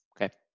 Okay